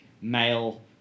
male